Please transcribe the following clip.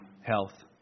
health